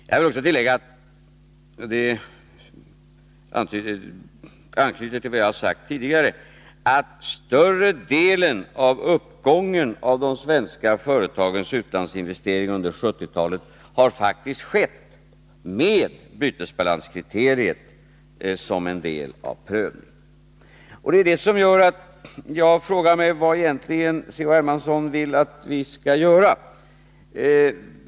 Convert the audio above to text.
Jag vill också anknyta till vad jag har sagt tidigare, nämligen att större delen av uppgången av de svenska företagens utlandsinvesteringar under 1970-talet har skett när bytesbalanskriteriet faktiskt ingått i prövningen. Det är detta förhållande som gör att jag frågar mig vad C.-H. Hermansson egentligen vill att vi skall göra.